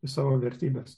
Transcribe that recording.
savo vertybes